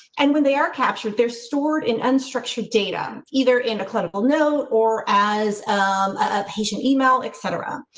and when they are captured, they're stored in unstructured data either into clinical know or as um a patient email etc.